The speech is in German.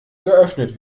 geöffnet